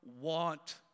want